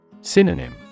Synonym